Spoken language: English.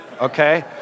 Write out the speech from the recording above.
Okay